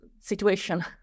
situation